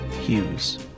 Hughes